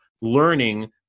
learning